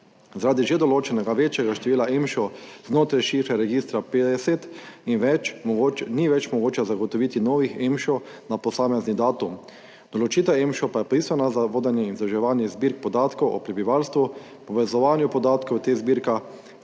Zaradi že določenega večjega števila EMŠO znotraj šifre registra 50 ni več mogoče zagotoviti novih EMŠO na posamezni datum. Določitev EMŠA pa je bistvena za vodenje in vzdrževanje zbirk podatkov o prebivalstvu, povezovanje podatkov te zbirke